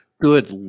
good